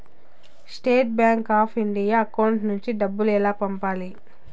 State bank of India account నుంచి డబ్బులు ఎలా పంపాలి?